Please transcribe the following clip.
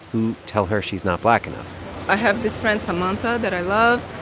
who tell her she's not black enough i have this friend samantha that i love.